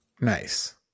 Nice